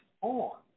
on